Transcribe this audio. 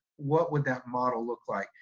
what would that model look like.